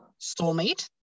soulmate